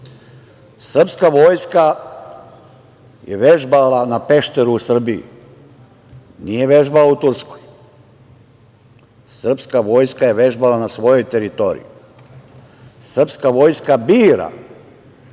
državu. Srpska vojska je vežbala na Pešteru u Srbiji, nije vežbala u Turskoj. Srpska vojska je vežbala na svojoj teritoriji. Srpska vojska bira